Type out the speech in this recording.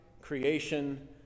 creation